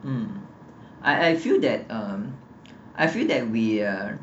mm I I feel that um I feel that we are